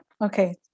Okay